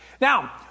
Now